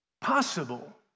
possible